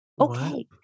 Okay